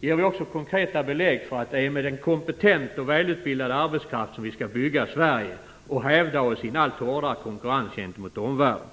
ger vi också konkreta belägg för att det är med en kompetent och välutbildad arbetskraft som vi skall bygga Sverige och hävda oss i en allt hårdare konkurrens med omvärlden.